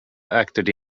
acted